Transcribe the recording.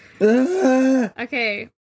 Okay